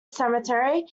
cemetery